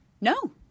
No